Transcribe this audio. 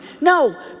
No